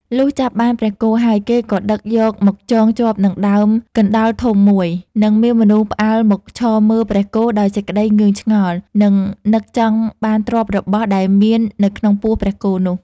លុះចាប់បានព្រះគោហើយ គេក៏ដឹកយកមកចងជាប់នឹងដើមកណ្ដោលធំមួយ និងមានមនុស្សផ្អើលមកឈរមើលព្រះគោដោយសេចក្ដីងឿងឆ្ងល់ និងនឹកចង់បានទ្រព្យរបស់ដែលមាននៅក្នុងពោះព្រះគោនោះ។